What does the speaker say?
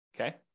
Okay